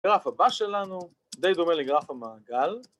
ה‫גרף הבא שלנו די דומה לגרף המעגל.